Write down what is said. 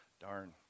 darn